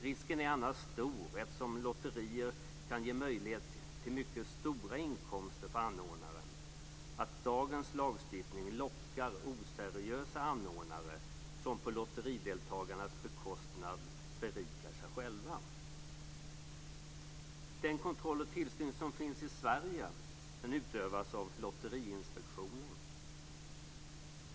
Risken är annars stor, eftersom lotterier kan ge möjlighet till mycket stora inkomster för anordnaren, att dagens lagstiftning lockar oseriösa anordnare som på lotterideltagarnas bekostnad berikar sig själva. Den kontroll och tillsyn som finns i Sverige utövas av Lotteriinspektionen.